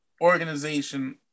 organization